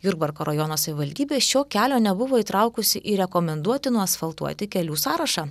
jurbarko rajono savivaldybė šio kelio nebuvo įtraukusi į rekomenduotinų asfaltuoti kelių sąrašą